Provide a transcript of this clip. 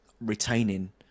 retaining